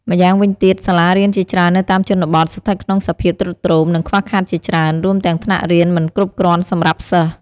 ម្យ៉ាងវិញទៀត សាលារៀនជាច្រើននៅតាមជនបទ ស្ថិតក្នុងសភាពទ្រុឌទ្រោម និងខ្វះខាតជាច្រើន រួមទាំងថ្នាក់រៀនមិនគ្រប់គ្រាន់សម្រាប់សិស្ស។